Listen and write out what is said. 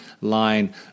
line